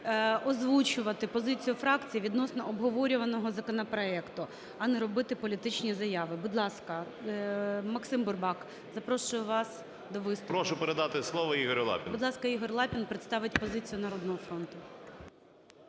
озвучувати позицію фракції відносно обговорюваного законопроекту, а не робити політичні заяви. Будь ласка, Максим Бурбак, запрошую вас до виступу. 11:52:37 БУРБАК М.Ю. Прошу передати слово Ігорю Лапіну. ГОЛОВУЮЧИЙ. Будь ласка, Ігор Лапін представить позицію "Народного фронту".